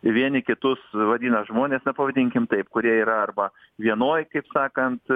vieni kitus vadina žmonės na pavadinkim taip kurie yra arba vienoj kaip sakant